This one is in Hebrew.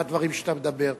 בדברים שאתה מדבר,